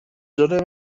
جلوی